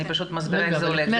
אני מסבירה איך זה הולך.